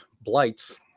blights